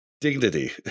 dignity